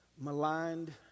maligned